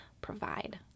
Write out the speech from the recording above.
provide